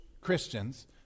Christians